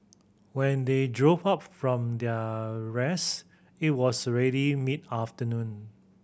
when they joke up from their rest it was already mid afternoon